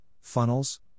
funnels